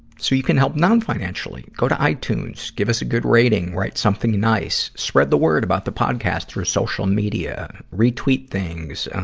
so you can help non-financially. go to itunes. give us a good rating. write something nice. spread the word about the podcast through social media. retweet things.